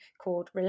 called